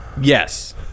Yes